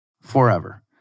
forever